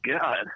god